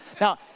Now